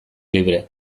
libre